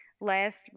last